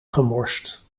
gemorst